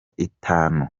itanu